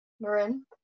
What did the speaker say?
Marin